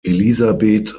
elisabeth